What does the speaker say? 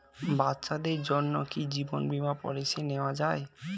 বাচ্চাদের জন্য কি জীবন বীমা পলিসি নেওয়া যায়?